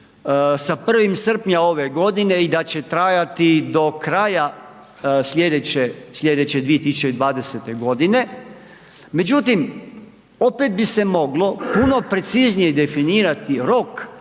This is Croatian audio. sa 1. srpnja ove godine i da će trajati do kraja sljedeće 2020. godine. Međutim, opet bi se moglo puno preciznije definirati rok